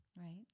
Right